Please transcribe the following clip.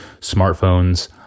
smartphones